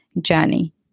journey